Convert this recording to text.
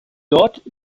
dort